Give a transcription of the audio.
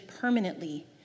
permanently